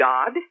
God